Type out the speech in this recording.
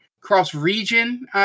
Cross-region